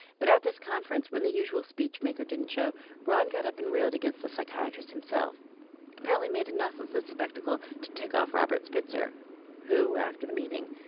but at this conference when the usual speech maker didn't show ron got up and railed against the psychiatrists himself. he apparently made enough of a spectacle to tick off robert spitzer who, after the meeting,